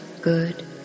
good